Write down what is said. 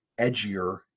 edgier